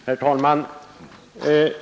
Herr talman!